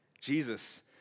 Jesus